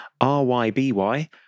R-Y-B-Y